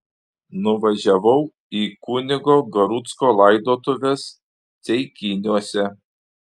nuvažiavau į kunigo garucko laidotuves ceikiniuose